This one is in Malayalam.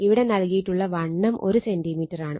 ഇവിടെ നൽകിയിട്ടുള്ള വണ്ണം 1 സെന്റിമീറ്ററാണ്